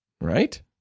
right